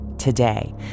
Today